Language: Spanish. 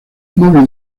moby